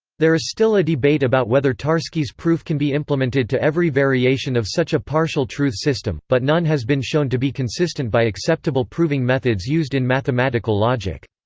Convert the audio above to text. there is still a debate about whether tarski's proof can be implemented to every variation of such a partial truth system, but none has been shown to be consistent by acceptable proving methods used in mathematical logic.